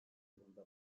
yılında